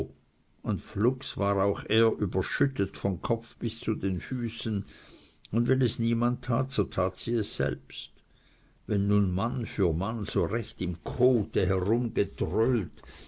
und flugs ist auch er überschüttet von kopf bis zu den füßen und wenn es niemand tat so tat sie es selbst wenn nun mann für mann so recht im kote